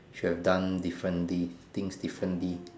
should have done differently things differently